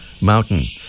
Mountain